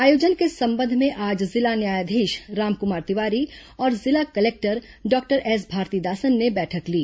आयोजन के संबंध में आज जिला न्यायाधीश रामकुमार तिवारी और जिला कलेक्टर डॉक्टर एस भारतीदासन ने बैठक ली